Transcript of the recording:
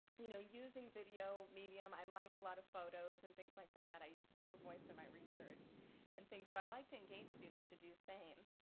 you know, using video medium. i like a lot of photos and things like that. i use photovoice in my research and things. so i like to engage students to do the same.